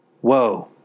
Whoa